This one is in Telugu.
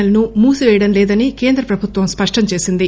ఎల్ ను మూసి పేయడం లేదని కేంద్ర ప్రభుత్వం స్పష్టం చేసింది